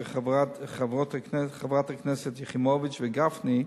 של חברי הכנסת יחימוביץ וגפני,